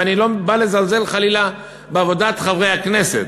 ואני לא בא לזלזל חלילה בעבודת חברי הכנסת.